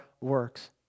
works